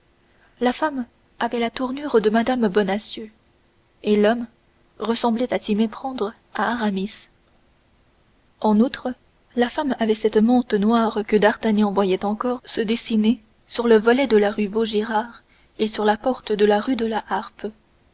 la femme avait la tournure de mme bonacieux et l'homme ressemblait à s'y méprendre à aramis en outre la femme avait cette mante noire que d'artagnan voyait encore se dessiner sur le volet de la rue de vaugirard et sur la porte de la rue de la harpe